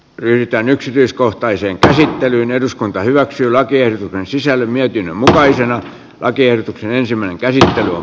yhtään yksityiskohtaiseen käsittelyyn eduskunta hyväksy lakien sisällön mietin mutaisen näin siinä tulee käymään